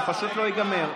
זה פשוט לא ייגמר,